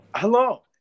Hello